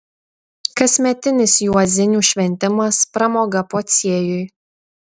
kasmetinis juozinių šventimas pramoga pociejui